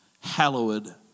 hallowed